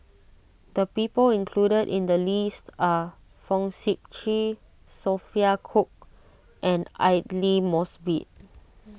the people included in the list are Fong Sip Chee Sophia Cooke and Aidli Mosbit